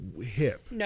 hip